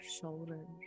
shoulders